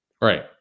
right